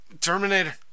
Terminator